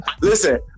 Listen